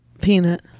Peanut